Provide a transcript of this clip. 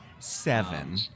seven